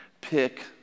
pick